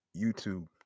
YouTube